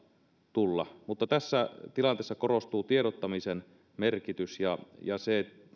tulla tässä tilanteessa korostuu tiedottamisen merkitys ja